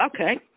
Okay